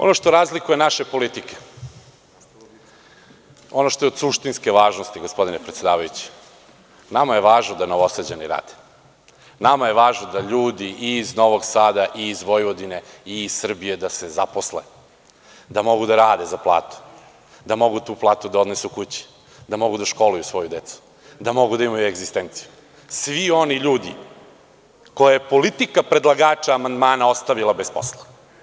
Ono što razlikuje naše politike, ono što je od suštinske važnosti, gospodine predsedavajući, nama je važno da Novosađani rade, nama je važno da se ljudi i iz Novog Sada i iz Vojvodine i iz Srbije zaposle, da mogu da rade za platu, da mogu tu platu da odnesu kući, da mogu da školuju svoju decu, da mogu da imaju egzistenciju, svi oni ljudi koje je politika predlagača amandmana ostavila bez posla.